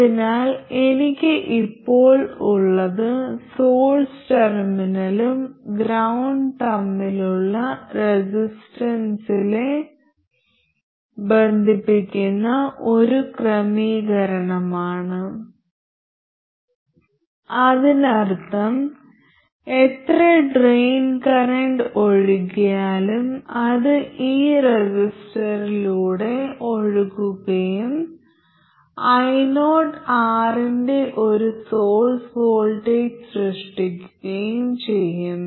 അതിനാൽ എനിക്ക് ഇപ്പോൾ ഉള്ളത് സോഴ്സ് ടെർമിനലും ഗ്രൌണ്ടും തമ്മിലുള്ള റെസിസ്റ്റൻസിനെ ബന്ധിപ്പിക്കുന്ന ഒരു ക്രമീകരണമാണ് അതിനർത്ഥം എത്ര ഡ്രെയിൻ കറന്റ് ഒഴുകിയാലും അത് ഈ റെസിസ്റ്ററിലൂടെ ഒഴുകുകയും ioR ന്റെ ഒരു സോഴ്സ് വോൾട്ടേജ് സൃഷ്ടിക്കുകയും ചെയ്യും